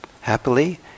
happily